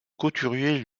couturier